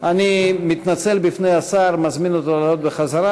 אני מתנצל בפני השר ומזמין אותו לעלות בחזרה.